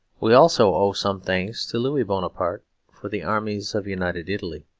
we also owe some thanks to louis bonaparte for the armies of united italy.